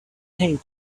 paid